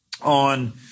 on